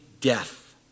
death